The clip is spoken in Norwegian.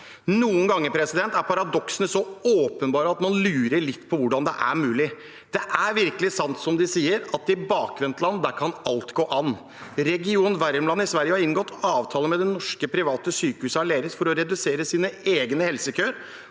Noen ganger er paradoksene så åpenbare at man lurer litt på hvordan det er mulig. Det er virkelig sant, som de sier, at i bakvendtland, der kan alt gå an. Region Värmland i Sverige har inngått avtale med det norske private sykehuset Aleris for å redusere sine egne helsekøer